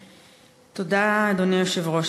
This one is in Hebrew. תודה, אדוני היושב-ראש.